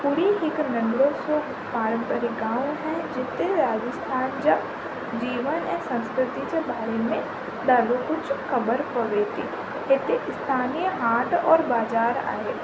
पुरी हिकु नंढड़ो सो पारम्परिक गांव आहे जिते राजस्थान जा जीवन ऐं संस्कृति जे बारे में ॾाढो कुझु ख़बरु कोन्हे हिते स्थानीय घाट और बाज़ारु आहे